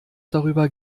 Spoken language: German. darüber